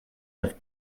have